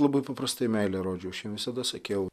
labai paprastai meilę rodžiau visada sakiau